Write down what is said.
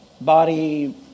body